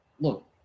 look